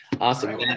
Awesome